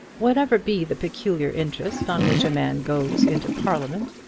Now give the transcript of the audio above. whatever be the peculiar interest on which a man goes into parliament,